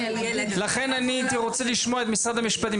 לכן הייתי רוצה לשמוע את משרד המשפטים.